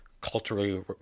culturally